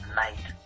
night